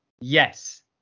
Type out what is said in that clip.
Yes